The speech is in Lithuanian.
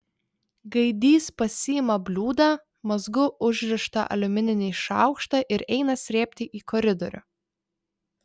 gaidys pasiima bliūdą mazgu užrištą aliumininį šaukštą ir eina srėbti į koridorių